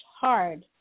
hard